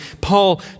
Paul